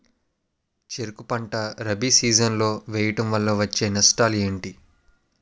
చెరుకు పంట రబీ సీజన్ లో వేయటం వల్ల వచ్చే నష్టాలు ఏంటి?